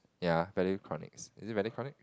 ya Valuetronics is it Valuetronics